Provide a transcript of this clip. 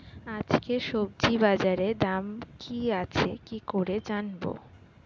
আজকে সবজি বাজারে দাম কি আছে কি করে জানবো?